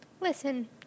Listen